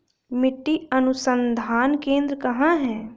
मिट्टी अनुसंधान केंद्र कहाँ है?